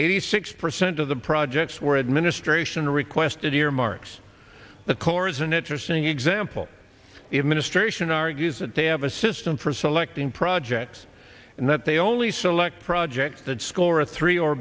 eighty six percent of the projects were administration requested earmarks the corps an interesting example it ministration argues that they have a system for selecting projects and that they only select projects that score a three or